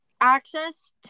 access